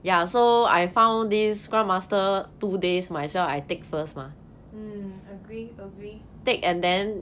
mm agree agree